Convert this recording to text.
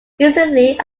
recently